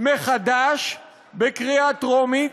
מחדש לקריאה טרומית,